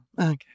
Okay